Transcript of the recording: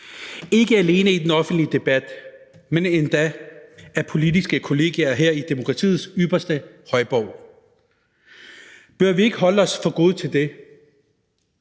ikke alene i den offentlige debat, men endda af politiske kollegaer her i demokratiets ypperste højborg. Bør vi ikke holde os for gode til det?